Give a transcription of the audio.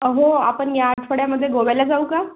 हो आपण या आठवड्यामध्ये गोव्याला जाऊ का